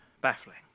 Baffling